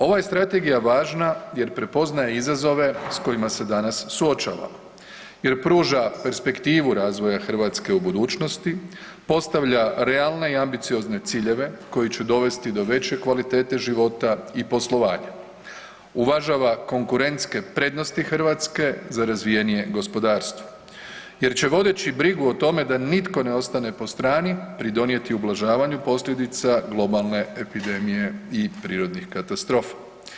Ova je Strategija važna jer prepoznaje izazove s kojima se danas suočava jer pruža perspektivu razvoja Hrvatske u budućnosti, postavlja realne i ambiciozne ciljeve koji će dovesti do veće kvalitete života i poslovanja, uvažava konkurentske prednosti Hrvatske za razvijenije gospodarstvo jer će vodeći brigu o tome da nitko ne ostane po strani pridonijeti ublažavanju posljedica globalne epidemije i prirodnih katastrofa.